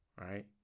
right